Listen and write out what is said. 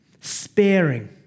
Sparing